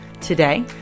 Today